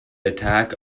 attack